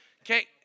Okay